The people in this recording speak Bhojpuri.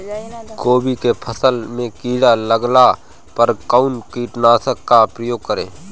गोभी के फसल मे किड़ा लागला पर कउन कीटनाशक का प्रयोग करे?